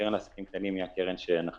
הקרן לעסקים קטנים היא הקרן שאנחנו